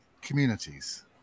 communities